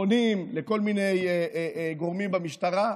פונים לכל מיני גורמים במשטרה.